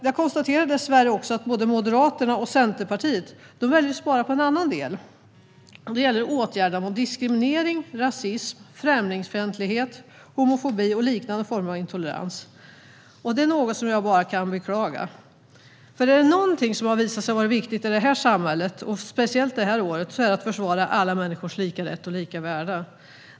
Jag konstaterar dessvärre att både Moderaterna och Centerpartiet väljer att spara på en annan del. Det gäller åtgärder mot diskriminering, rasism, främlingsfientlighet, homofobi och liknande former av intolerans. Det är något som jag bara kan beklaga. Om det är något som har visat sig vara viktigt i samhället, speciellt under detta år, är det att försvara alla människors lika rätt och lika värde.